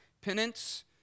penance